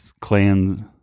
clans